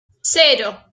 cero